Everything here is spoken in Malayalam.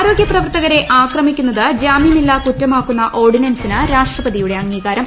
ആരോഗൃ പ്രവർത്തകരെ ആക്രമിക്കുന്നത് ജാമൃമില്ലാ കുറ്റമാക്കുന്ന ഓർഡിനൻസിന് രാഷ്ട്രപതിയുടെ അംഗീകാരം